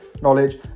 knowledge